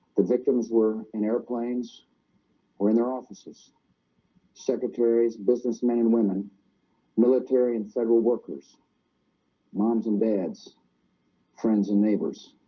the victims were in airplanes or in their offices secretaries businessmen and women military and federal workers moms and dads friends and neighbors